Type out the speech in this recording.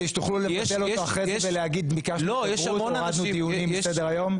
כדי שתוכלו לבטל אותו אחר כך ולהגיד הורדנו דיונים מסדר היום?